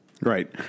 Right